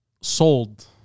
sold